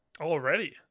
Already